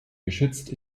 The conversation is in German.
geschützt